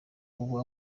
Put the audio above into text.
ubu